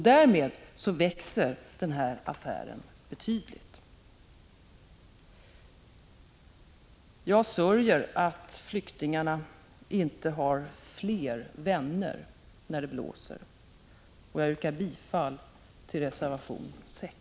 Därmed växer den här affären betydligt. Herr talman! Jag sörjer att flyktingarna inte har fler vänner när det blåser. Jag yrkar bifall till reservation 6.